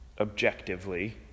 objectively